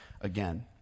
again